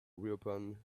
reopen